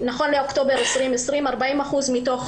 נכון לאוקטובר 2020 40% מתוך